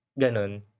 ganon